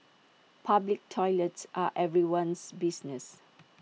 public toilets are everyone's business